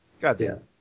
Goddamn